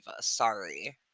Sorry